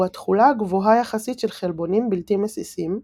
התכולה הגבוהה יחסית של חלבונים בלתי מסיסים,